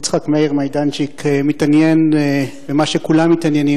יצחק מאיר מיידנצ'יק מתעניין במה שכולם מתעניינים,